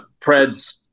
Preds